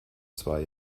zwei